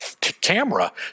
camera